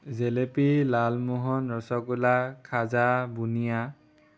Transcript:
জেলেপি লালমোহন ৰচগোল্লা খাজা বুনিয়া